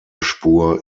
spur